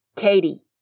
Katie